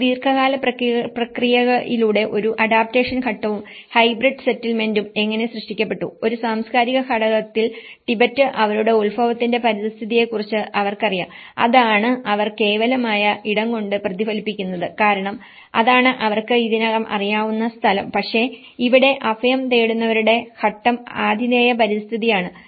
ഈ ദീർഘകാല പ്രക്രിയയിലൂടെ ഒരു അഡാപ്റ്റേഷൻ ഘട്ടവും ഹൈബ്രിഡ് സെറ്റിലിമെന്റും എങ്ങനെ സൃഷ്ടിക്കപ്പെട്ടു ഒരു സാംസ്കാരിക ഘടകത്തിൽ ടിബറ്റ് അവരുടെ ഉത്ഭവത്തിന്റെ പരിതസ്ഥിതിയെക്കുറിച്ച് അവർക്കറിയാം അതാണ് അവർ കേവലമായ ഇടം കൊണ്ട് പ്രതിഫലിപ്പിക്കുന്നത് കാരണം അതാണ് അവർക്ക് ഇതിനകം അറിയാവുന്ന സ്ഥലം പക്ഷേ ഇവിടെ അഭയം തേടുന്നവരുടെ ഘട്ടം ആതിഥേയ പരിസ്ഥിതിയാണ്